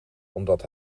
omdat